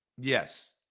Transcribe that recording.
Yes